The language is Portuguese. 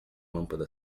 lâmpada